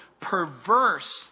perverse